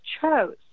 chose